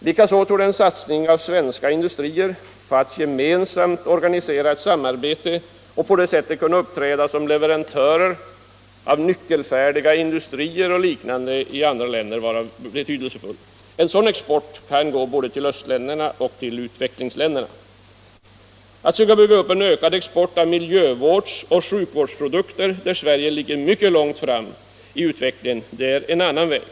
Likaså torde en satsning av svenska industrier på att genom organiserat samarbete kunna uppträda som leverantörer av nyckelfärdiga projekt inom olika industrigrenar m.m. vara värdefull. Denna typ av export kan gå både till östländer och utvecklingsländer. Att söka bygga upp en ökad export av miljövårds och sjukvårdsprodukter, där Sverige ligger mycket långt framme i utvecklingen, är en annan väg.